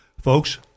Folks